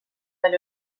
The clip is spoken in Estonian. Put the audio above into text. veel